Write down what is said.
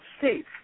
safe